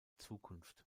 zukunft